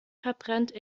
verbrennt